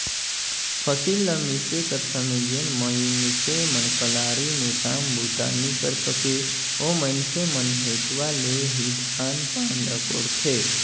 फसिल ल मिसे कर समे जेन मइनसे मन कलारी मे काम बूता नी करे सके, ओ मइनसे मन हेसुवा ले ही धान पान ल कोड़थे